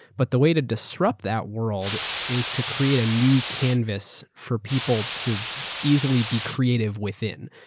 but the way to disrupt that world is to create a new canvass for people to easily be creative within.